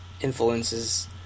influences